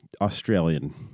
Australian